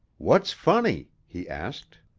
what's funny? he asked.